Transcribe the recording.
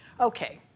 Okay